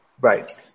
Right